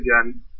again